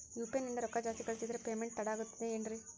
UPI ನಿಂದ ರೊಕ್ಕ ಜಾಸ್ತಿ ಕಳಿಸಿದರೆ ಪೇಮೆಂಟ್ ತಡ ಆಗುತ್ತದೆ ಎನ್ರಿ?